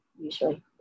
Usually